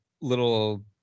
little